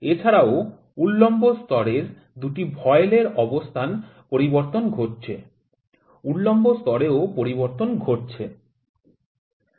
এছাড়াও উল্লম্ব স্তরের দুটি ভয়েল এর অবস্থানের পরিবর্তন ঘটছে উল্লম্ব স্তরের ও পরিবর্তন ঘটছে